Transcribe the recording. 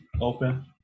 open